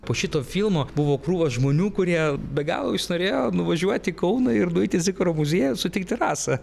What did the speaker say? po šito filmo buvo krūva žmonių kurie be galo užsinorėjo nuvažiuoti į kauną ir nueiti į zikaro muziejų sutikti rasą